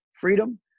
freedom